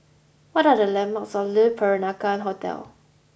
what are the landmarks near Le Peranakan Hotel